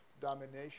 domination